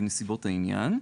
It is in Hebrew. בנסיבות העניין,